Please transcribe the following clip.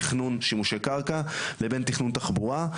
תיכנון שימושי קרקע לבין תכנון תחבורה,